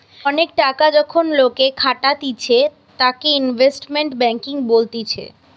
অনেক টাকা যখন লোকে খাটাতিছে তাকে ইনভেস্টমেন্ট ব্যাঙ্কিং বলতিছে